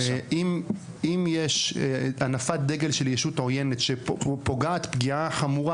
אם יש הנפת דגל של ישות עוינת שפוגעת פגיעה חמורה